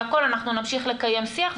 לגבי אטרקציות והכול נמשיך לקיים שיח,